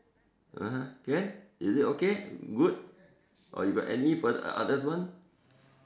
(uh huh) can is it okay good or you got any further other one